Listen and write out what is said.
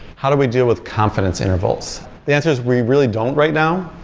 how do we deal with confidence intervals? the answer is we really don't right now.